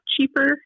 cheaper